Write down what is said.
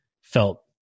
felt